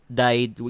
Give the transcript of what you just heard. died